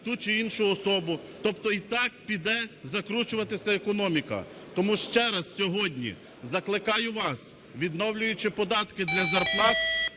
ту чи іншу особу. Тобто і так піде закручуватися економіка. Тому ще раз сьогодні закликаю вас, відновлюючи податки для зарплат,